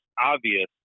obvious